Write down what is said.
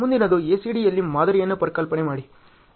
ಮುಂದಿನದು ACD ಯಲ್ಲಿ ಮಾದರಿಯನ್ನು ಪರಿಕಲ್ಪನೆ ಮಾಡಿ